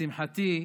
לשמחתי,